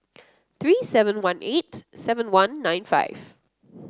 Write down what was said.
three seven one eight seven one nine five